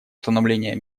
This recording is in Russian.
установления